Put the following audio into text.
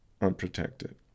unprotected